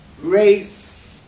race